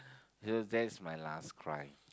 so that's my last cry